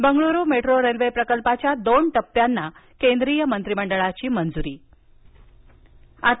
Bengaluru metro railway प्रकल्पाच्या दोन टप्प्यांना केंद्रीय मंत्रिमंडळाची मान्यता